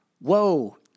Whoa